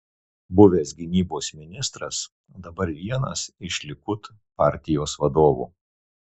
buvęs gynybos ministras dabar vienas iš likud partijos vadovų